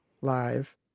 live